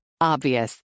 Obvious